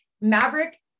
Maverick